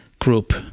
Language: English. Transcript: group